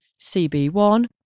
CB1